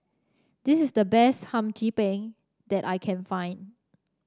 this is the best Hum Chim Peng that I can find